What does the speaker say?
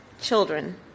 children